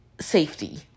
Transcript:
safety